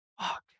Fuck